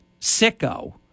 sicko